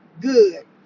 good